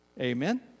amen